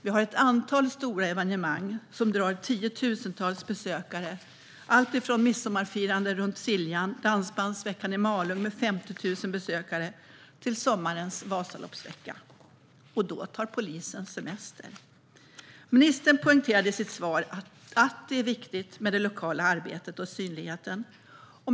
Vi har ett antal stora evenemang som drar tiotusentals besökare, allt från midsommarfirandet runt Siljan till dansbandsveckan i Malung med 50 000 besökare och sommarens vasaloppsvecka. Och då tar polisen semester. Ministern poängterade i sitt svar att det är viktigt med det lokala arbetet och synligheten.